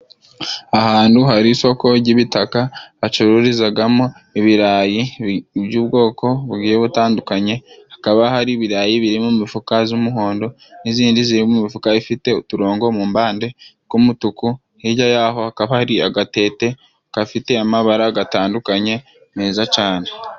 Ahantu hari isoko ry'ibitaka, bacururizamo ibirayi by'ubwoko bugiye butandukanye, hakaba hari ibirayi birimo imifuka y'umuhondo, n'indi iri mumifuka ifite uturongo mu mpande tw'umutuku, hirya yaho hakaba hari agatete gafite amabara atandukanye, meza cyane.